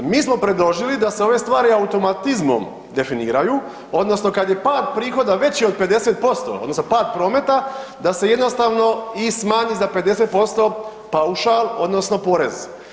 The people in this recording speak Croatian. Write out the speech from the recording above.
Mi smo predložili da se ove stvari automatizmom definiraju odnosno kad je pad prihoda veći od 50% odnosno pad prometa da se jednostavno i smanji za 50% paušal odnosno porez.